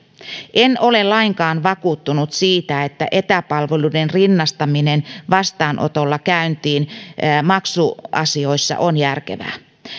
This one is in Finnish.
en ole lainkaan vakuuttunut siitä että etäpalveluiden rinnastaminen vastaanotolla käyntiin maksuasioissa on järkevää